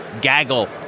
gaggle